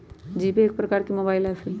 GPay एक प्रकार के मोबाइल ऐप हइ